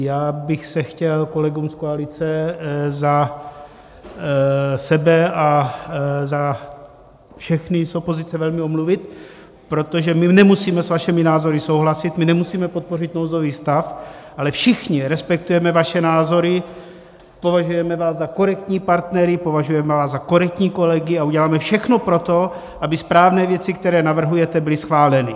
Já bych se chtěl kolegům z koalice za sebe a za všechny z opozice velmi omluvit, protože my nemusíme s vašimi názory souhlasit, my nemusíme podpořit nouzový stav, ale všichni respektujeme vaše názory, považujeme vás za korektní partnery, považujeme vás za korektní kolegy a uděláme všechno pro to, aby správné věci, které navrhujete, byly schváleny.